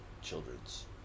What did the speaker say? children's